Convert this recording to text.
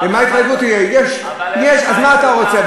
אז מה אתה רוצה?